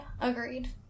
agreed